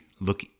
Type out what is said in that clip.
look